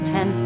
Ten